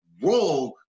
wrong